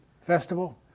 Festival